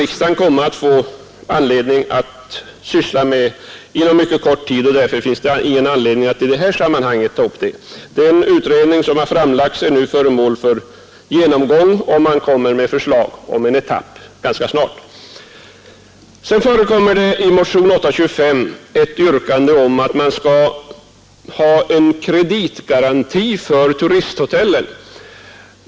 Riksdagen torde få anledning att syssla med detta projekt inom mycket kort tid, och därför finns det ingen anledning att ta upp det i det här sammanhanget. Den utredning som har framlagts är nu föremål för en genomgång, och förslag om en etapp kommer att läggas fram ganska snart. I motionen 825 förekommer ett yrkande om kreditgaranti för turisthotellen.